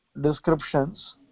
descriptions